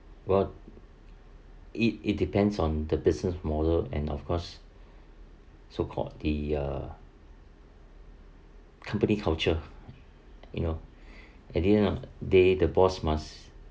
but it it depends on the business model and of course so called the uh company culture you know at the end of the day the boss must